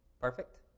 Perfect